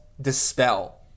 dispel